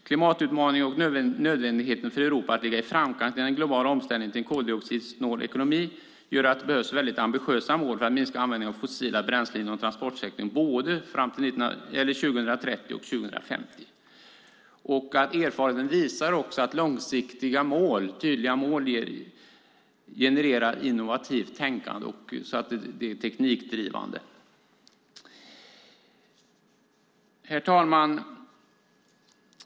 Klimatutmaningen och nödvändigheten för Europa att ligga i framkant i den globala omställningen till en koldioxidsnål ekonomi gör att det behövs ambitiösa mål för att minska användningen av fossila bränslen inom transportsektorn, fram till både 2030 och 2050. Erfarenheten visar också att långsiktiga och tydliga mål genererar innovativt tänkande. Det är teknikdrivande. Herr talman!